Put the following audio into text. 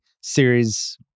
series